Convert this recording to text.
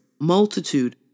multitude